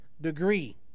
degree